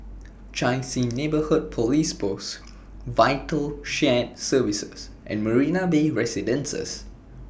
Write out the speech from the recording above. Chai Chee Neighbourhood Police Post Vital Shared Services and Marina Bay Residences